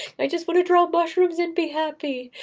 i just want to draw mushrooms and be happy.